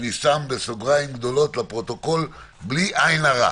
ואני שם בסוגריים גדולים לפרוטוקול "בלי עין הרע",